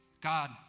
God